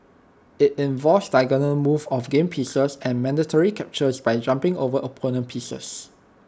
IT involves diagonal moves of game pieces and mandatory captures by jumping over opponent pieces